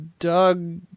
Doug